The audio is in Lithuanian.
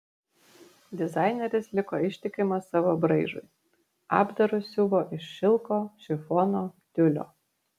dizaineris liko ištikimas savo braižui apdarus siuvo iš šilko šifono tiulio